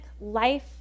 life